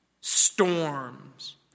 storms